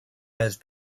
has